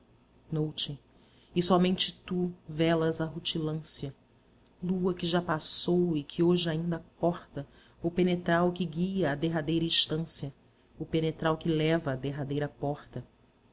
noute e somente tu velas a rutilância lua que já passou e que hoje ainda corta o penetral que guia à derradeira estância o penetral que leva à derradeira porta